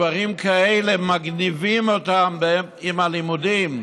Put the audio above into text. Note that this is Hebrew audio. דברים כאלה מגניבים להם עם הלימודים,